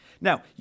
Now